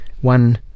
one